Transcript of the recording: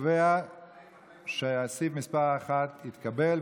1 התקבל,